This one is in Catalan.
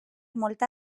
molta